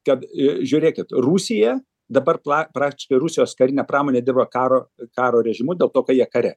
kad a žiūrėkit rusija dabar pra praktiškai rusijos karinė pramonė dirba karo karo režimu dėl to kad jie kare